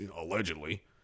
allegedly